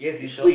you sure